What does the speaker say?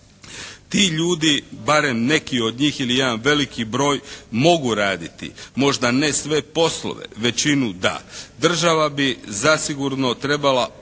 Ti ljudi, barem neki od njih ili jedan veliki broj mogu raditi, možda ne sve poslove, većinu da. Država bi zasigurno trebala posebno